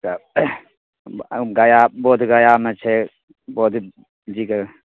गया बोधगयामे छै बुद्धजीके